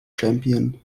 champion